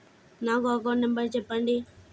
నా account number చెప్పండి?